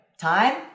time